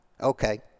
Okay